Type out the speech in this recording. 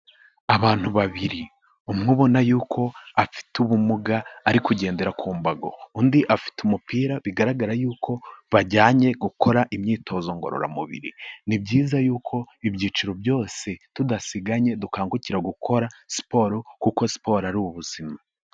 Abantu babiri umwe ubona yuko afite ubumuga ari kugendera ku mbago, undi afite umupira bigaragara yuko bajyanye gukora imyitozo ngororamubiri, ni byiza yuko ibyiciro byose tudasiganye dukangukira gukora siporo kuko siporo ari ubuzima.